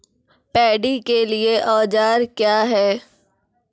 Paddy के लिए औजार क्या हैं?